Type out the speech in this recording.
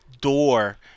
door